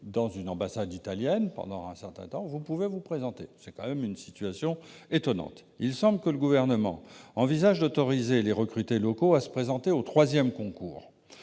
dans une ambassade italienne, vous pouvez vous présenter. C'est tout de même une situation étonnante ! Il semble que le Gouvernement envisage d'autoriser les recrutés locaux à se présenter aux concours